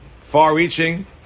far-reaching